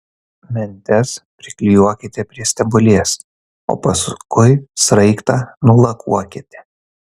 mentes priklijuokite prie stebulės o paskui sraigtą nulakuokite